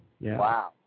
Wow